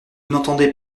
n’entendez